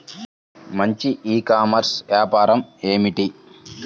మంచి e commerce వ్యాపారం ఏమిటీ?